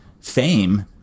fame